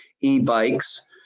e-bikes